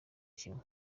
kimwe